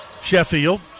Sheffield